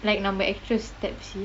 like நம்ம:namma actress tapsi